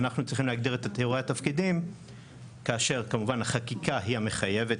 אנחנו צריכים להגדיר את תיאורי התפקידים כאשר כמובן החקיקה היא המחייבת,